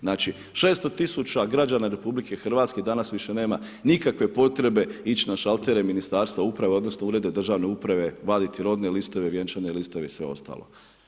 Znači 600000 građana RH danas više nema nikakvih potrebe ići na šaltere ministarstva uprave, odnosno, ureda državne uprave, vaditi rodne listove, vjenčane listove i sve ostalo.